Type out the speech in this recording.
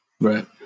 Right